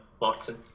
Martin